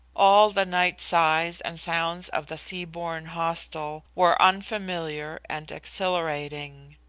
all the night sights and sounds of the seaborne hostel, were unfamiliar and exhilarating.